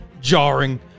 Jarring